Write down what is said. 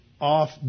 off